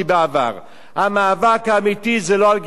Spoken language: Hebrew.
המאבק האמיתי זה לא על גיוס חרדים לצה"ל,